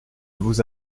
vous